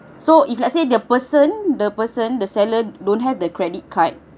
so if let's say the person the person the seller don't have the credit card